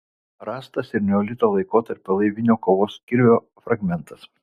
rastas ir neolito laikotarpio laivinio kovos kirvio fragmentas